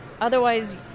Otherwise